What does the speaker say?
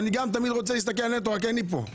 אני תמיד רוצה לראות את הנטו אבל אין לי פה.